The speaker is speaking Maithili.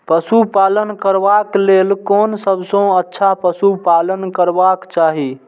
पशु पालन करबाक लेल कोन सबसँ अच्छा पशु पालन करबाक चाही?